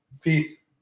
Peace